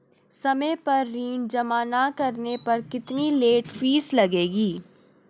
समय पर ऋण जमा न करने पर कितनी लेट फीस लगेगी?